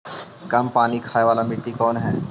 कम पानी खाय वाला मिट्टी कौन हइ?